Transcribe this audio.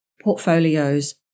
portfolios